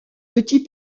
petit